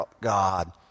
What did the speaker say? God